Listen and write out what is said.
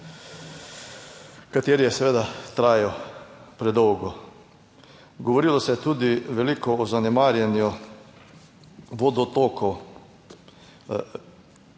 kateri je seveda trajal predolgo. Govorilo se je tudi veliko o zanemarjanju vodotokov.